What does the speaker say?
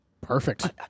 Perfect